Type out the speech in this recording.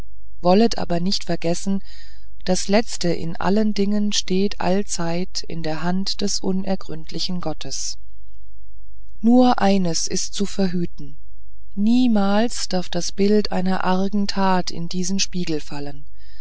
wollet aber nicht vergessen das letzte in allen dingen steht allzeit in der hand des unergründlichen gottes nur eines ist zu verhüten niemals darf das bild einer argen tat in diesen spiegel fallen